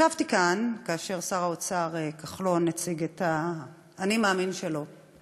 ישבתי כאן כאשר שר האוצר כחלון הציג את ה"אני מאמין" שלו,